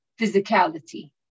physicality